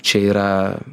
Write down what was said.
čia yra